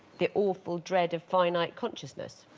the awful dread of finite consciousness